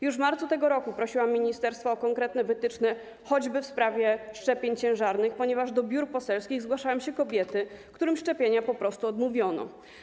Już w marcu tego roku prosiłam ministerstwo o konkretne wytyczne, choćby w sprawie szczepień ciężarnych, ponieważ do biur poselskich zgłaszają się kobiety, którym szczepienia po prostu odmówiono.